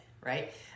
right